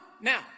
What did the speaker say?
now